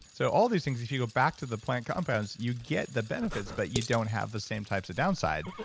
so all these things, if you go back to the plant compounds you get the benefits but you don't have the same types of downside.